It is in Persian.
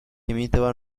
میتوان